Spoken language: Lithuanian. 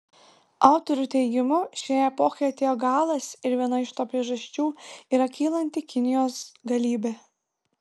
autorių teigimu šiai epochai atėjo galas ir viena iš to priežasčių yra kylanti kinijos galybė